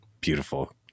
beautiful